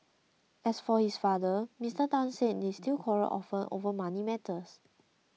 as for his father Mister Tan said they still quarrel often over money matters